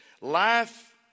life